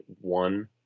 one